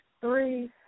Three